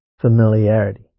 familiarity